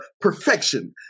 perfection